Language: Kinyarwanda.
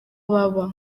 baba